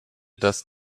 dass